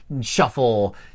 shuffle